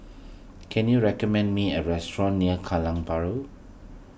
can you recommend me a restaurant near Kallang Bahru